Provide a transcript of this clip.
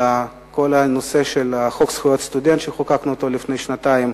כל הנושא של חוק זכויות סטודנט שחוקקנו לפני שנתיים